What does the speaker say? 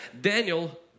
Daniel